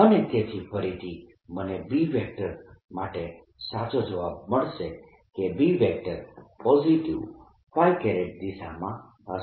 અને તેથી ફરીથી મને B માટે સાચો જવાબ મળશે કે B પોઝીટીવ દિશામાં હશે